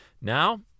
Now